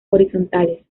horizontales